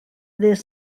dydd